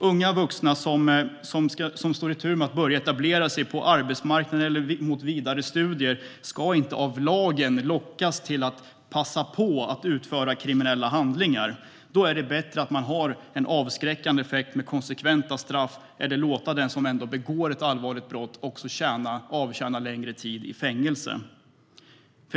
Unga vuxna som står på tur för att börja etablera sig på arbetsmarknaden eller fortsätta mot vidare studier ska inte av lagen lockas till att passa på att utföra kriminella handlingar. Då är det bättre med en avskräckande effekt och konsekventa straff eller att låta den som ändå begår ett allvarligt brott avtjäna längre tid i fängelse.